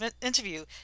interview